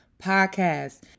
podcast